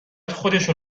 خودشون